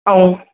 ऐं